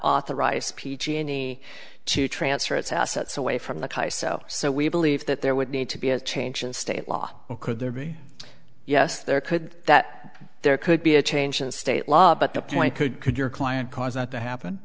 authorize p g any to transfer its assets away from the guy so so we believe that there would need to be a change in state law could there be yes there could that there could be a change in state law but the point could could your client cause that to